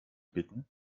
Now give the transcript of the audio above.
bitten